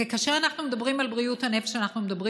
כאשר אנחנו מדברים על בריאות הנפש אנחנו מדברים